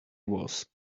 was